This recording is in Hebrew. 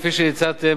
כפי שהצעתם,